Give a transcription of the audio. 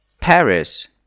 Paris